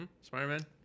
Spider-Man